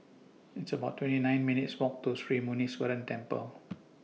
It's about twenty nine minutes' Walk to Sri Muneeswaran Temple